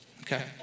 Okay